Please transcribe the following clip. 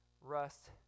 rust